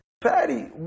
Patty